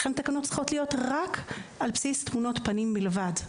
לכן התקנות צריכות להיות רק על בסיס תמונות פנים בלבד.